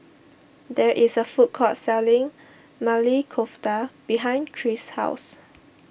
there is a food court selling Maili Kofta behind Krish's house